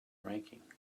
ranking